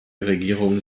regierungen